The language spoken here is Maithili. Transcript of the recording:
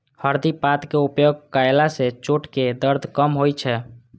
हरदि पातक उपयोग कयला सं चोटक दर्द कम होइ छै